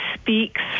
speaks